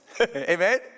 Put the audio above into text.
Amen